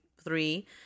three